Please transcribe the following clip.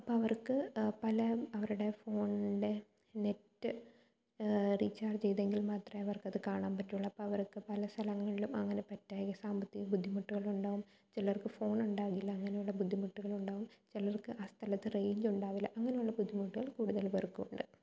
അപ്പോൾ അവർക്ക് പല അവരുടെ ഫോണിൻ്റെ നെറ്റ് റീചാർജ് ചെയ്തെങ്കിൽ മാത്രമേ അവർക്കത് കാണാൻ പറ്റുള്ളു അപ്പോൾ അവർക്ക് പല സ്ഥലങ്ങളിലും അങ്ങനെ പറ്റായിക സാമ്പത്തിക ബുദ്ധിമുട്ടുകളുണ്ടാവും ചിലർക്ക് ഫോണുണ്ടാകില്ല അങ്ങനെയുള്ള ബുദ്ധിമുട്ടുകളുണ്ടാവും ചിലർക്ക് ആ സ്ഥലത്ത് റേഞ്ച് ഉണ്ടാവില്ല അങ്ങനെയുള്ള ബുദ്ധിമുട്ടുകൾ കൂടുതൽ പേർക്കും ഉണ്ട്